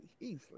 easily